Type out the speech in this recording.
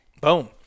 Boom